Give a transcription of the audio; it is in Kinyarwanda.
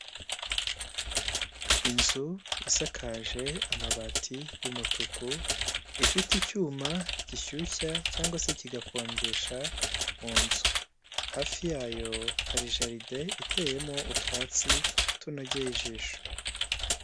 Inzu isakaje amabati y'umutuku ifite icyuma gishyushya cyangwa se kigakonjesha mu nzu, hafi yayo hari jaride iteyemo utwatsi tunogeye ijisho.